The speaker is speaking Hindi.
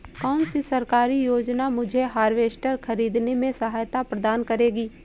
कौन सी सरकारी योजना मुझे हार्वेस्टर ख़रीदने में सहायता प्रदान करेगी?